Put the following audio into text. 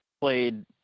played